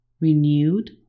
renewed